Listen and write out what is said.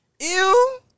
Ew